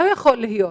לא יכול להיות,